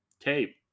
tape